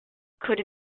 could